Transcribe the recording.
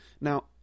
Now